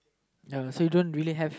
uh so you don't really have